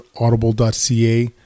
audible.ca